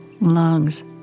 lungs